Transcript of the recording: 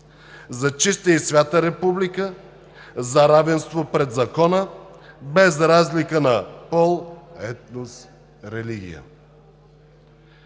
за чиста и свята република, за равенство пред закона, без разлика на пол, етнос, религия.